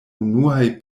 unuaj